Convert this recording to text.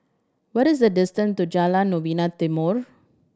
what is the distance to Jalan Novena Timor